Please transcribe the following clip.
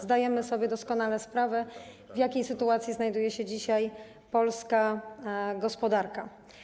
Zdajemy sobie doskonale sprawę, w jakiej sytuacji znajduje się dzisiaj polska gospodarka.